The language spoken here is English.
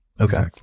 Okay